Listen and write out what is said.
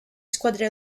squadre